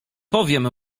powiem